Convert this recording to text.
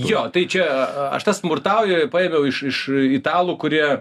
jo tai čia aš tą smurtauju paėmiau iš iš italų kurie